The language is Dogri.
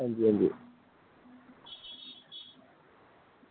आं जी आं जी